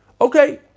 okay